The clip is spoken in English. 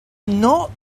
not